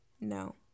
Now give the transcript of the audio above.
No